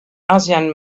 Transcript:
asian